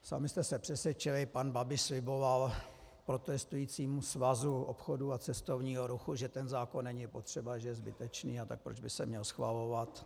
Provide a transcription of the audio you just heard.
Sami jste se přesvědčili, pan Babiš sliboval protestujícímu Svazu obchodu a cestovního ruchu, že ten zákon není potřeba, že je zbytečný a tak proč by se měl schvalovat.